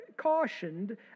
Cautioned